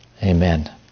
Amen